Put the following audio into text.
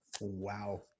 Wow